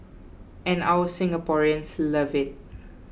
and our Singaporeans love it